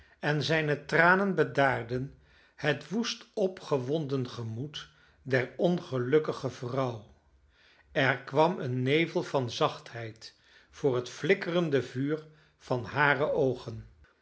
en zijne tranen bedaarden het woest opgewonden gemoed der ongelukkige vrouw er kwam een nevel van zachtheid voor het flikkerende vuur van hare oogen